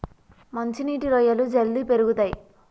మంచి నీటి రొయ్యలు జల్దీ పెరుగుతయ్